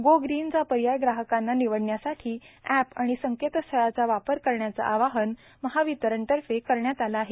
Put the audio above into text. गोग्रीनचा पर्याय ग्राहकांना निवडण्यासाठी अॅप आणि संकेतस्थळाचा वापर करण्याचा आवाहन वितरणातर्फे करण्यात आला आहे